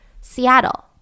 Seattle